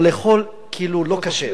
לא, לאכול כאילו לא כשר.